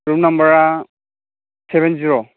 room नाम्बारआ seven जिर'